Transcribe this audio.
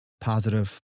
positive